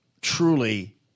truly